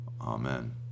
Amen